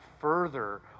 further